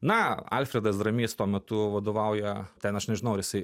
na alfredas dramys tuo metu vadovauja ten aš nežinau ar jisai